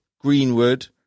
Greenwood